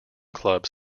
clubs